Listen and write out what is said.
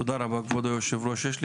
תודה רבה, כבוד היושב-ראש.